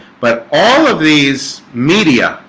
but all of these media